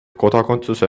kodakondsuse